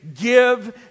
give